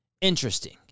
interesting